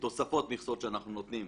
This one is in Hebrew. תוספות מכסות שאנחנו נותנים,